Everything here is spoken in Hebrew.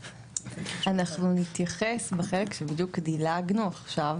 אנחנו נתייחס לסיפור הזה בחלק שבדיוק דילגנו עליו עכשיו,